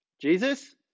Jesus